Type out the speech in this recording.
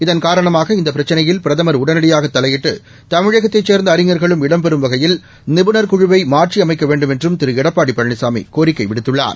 இதன் காரணமாக இந்த பிரச்சினையில் பிரதமர் உடனடியாக தலையிட்டு தமிழகத்தைச் சேர்ந்த அறிஞர்களும் இடம்பெறும் வகையில் நிபுணர் குழுவை மாற்றியமைக்க வேண்டுமென்றும் திரு எடப்பாடி பழனிசாமி கோரிக்கை விடுத்துள்ளார்